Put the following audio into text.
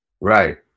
Right